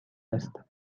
است